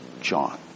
John